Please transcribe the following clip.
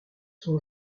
sont